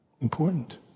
important